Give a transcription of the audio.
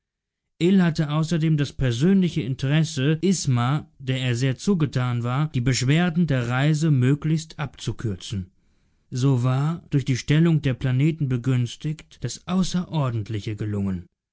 ill hatte außerdem das persönliche interesse isma der er sehr zugetan war die beschwerden der reise möglichst abzukürzen so war durch die stellung der planeten begünstigt das außerordentliche gelungen